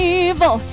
evil